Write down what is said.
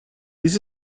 this